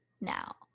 now